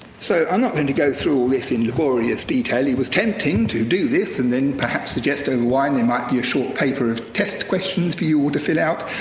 so i'm not going to go through all this in laborious detail, it was tempting to do this and then perhaps suggest over and wine there might be a short paper of test questions for you all to fill out,